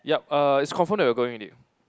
yup err it's confirmed that we're going already